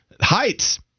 Heights